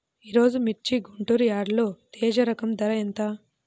ఈరోజు మిర్చి గుంటూరు యార్డులో తేజ రకం ధర ఎంత?